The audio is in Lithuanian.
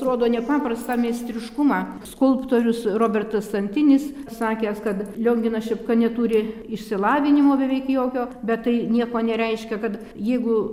rodo nepaprastą meistriškumą skulptorius robertas antinis sakęs kad lionginas šepka neturi išsilavinimo beveik jokio bet tai nieko nereiškia kad jeigu